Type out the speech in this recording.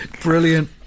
Brilliant